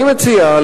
לכן אני מציע,